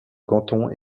canton